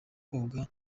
koga